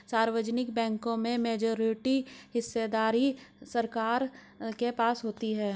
सार्वजनिक बैंकों में मेजॉरिटी हिस्सेदारी सरकार के पास होती है